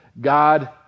God